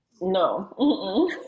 No